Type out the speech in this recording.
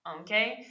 Okay